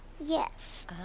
Yes